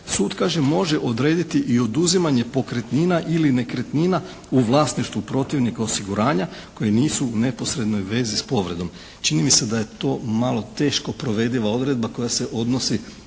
sud kaže može odrediti i oduzimanje pokretnina ili nekretnina u vlasništvu protivnih osiguranja koja nisu u neposrednoj vezi s povredom. Čini mi se da je to malo teško provediva odredba koja se odnosi